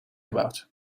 about